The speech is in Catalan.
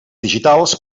digitals